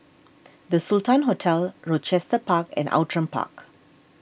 the Sultan Hotel Rochester Park and Outram Park